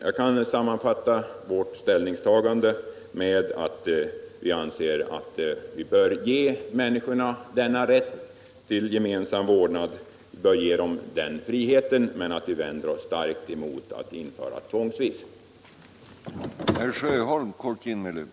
Jag kan sammanfatta vårt ställningstagande genom att säga att vi anser att människorna bör ges denna rätt till gemensam vårdnad, men att vi starkt vänder oss emot att införa detta tvångsvis.